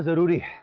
duty